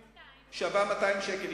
נקודת זיכוי שווה 200 שקלים.